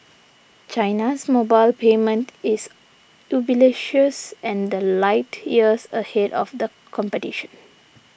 China's mobile payment is ubiquitous and the light years ahead of the competition